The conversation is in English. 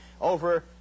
over